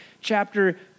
chapter